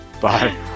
Bye